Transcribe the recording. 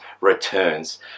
returns